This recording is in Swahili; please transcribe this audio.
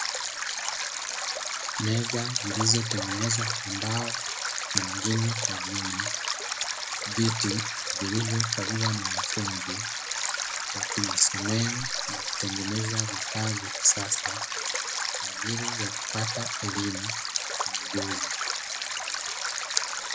Meza zilizotengenezwa kwa mbao nyengine kwa chuma, viti vilivyokaliwa na wanafunzi wakijisomea na kutengeneza vifaa vya kisasa kwa aajili ya kupata elimu na ujuzi.